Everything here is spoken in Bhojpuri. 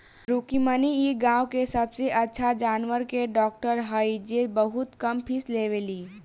रुक्मिणी इ गाँव के सबसे अच्छा जानवर के डॉक्टर हई जे बहुत कम फीस लेवेली